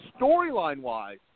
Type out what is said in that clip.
Storyline-wise